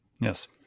Yes